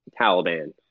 Taliban